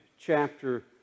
chapter